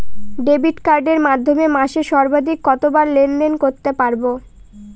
Debit কার্ডের মাধ্যমে মাসে সর্বাধিক কতবার লেনদেন করতে পারবো?